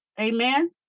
Amen